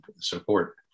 support